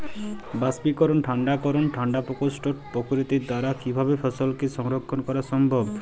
বাষ্পীকরন ঠান্ডা করণ ঠান্ডা প্রকোষ্ঠ পদ্ধতির দ্বারা কিভাবে ফসলকে সংরক্ষণ করা সম্ভব?